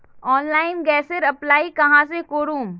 Online गैसेर apply कहाँ से करूम?